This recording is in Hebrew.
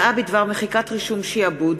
(הודעה בדבר מחיקת רישום שעבוד),